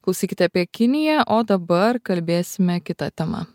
klausykit apie kiniją o dabar kalbėsime kita tema